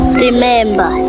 remember